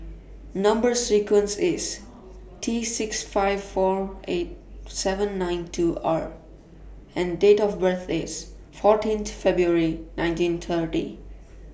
Number sequence IS T six five four eight seven nine two R and Date of birth IS fourteen February nineteen thirty